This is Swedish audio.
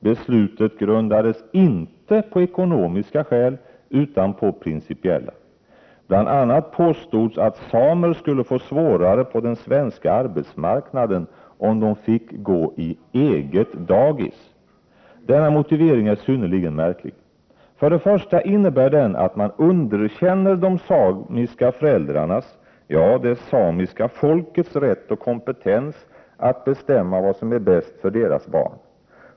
Beslutet grundades inte på ekonomiska skäl, utan på principiella skäl. Bl. a. påstods att samer skulle få svårare på den svenska arbetsmarknaden om de fick gå på eget dagis. Denna motivering är synnerligen märklig. För det första innebär den att man underkänner de samiska föräldrarnas, ja, det samiska folkets rätt och kompetens att bestämma vad som är bäst för deras barn.